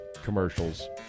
Commercials